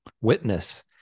Witness